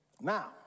Now